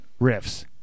riffs